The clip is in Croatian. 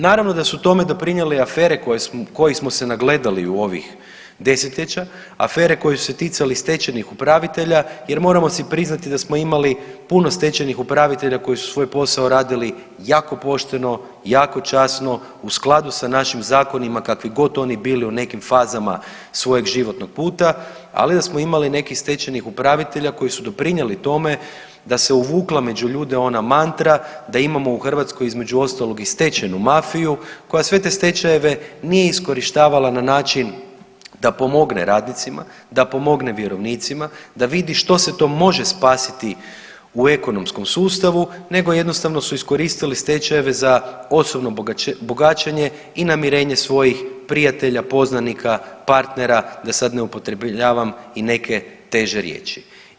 Naravno da su tome doprinijele i afere kojih smo se nagledali u ovih desetljeća, afere koje su se ticale stečajnih upravitelja jer moramo si priznati da smo imali puno stečajnih upravitelja koji su svoj posao radili jako pošteno, jako časno u skladu sa našim zakonima kakvi god oni bili u nekim fazama svojeg životnog puta ali da smo imali nekih stečajnih upravitelja koji su doprinijeli tome da se uvukla među ljude ona mantra da imamo u Hrvatskoj između ostalog i stečajnu mafiju koja sve te stečajeve nije iskorištavala na način da pomogne radnicima, da pomogne vjerovnicima, da vidi što se to može spasiti u ekonomskom sustavu, nego jednostavno su iskoristili stečajeve za osobno bogaćenje i namirenje svojih prijatelja, poznanika, partnera, da sad ne upotrebljavam i neke teže riječi.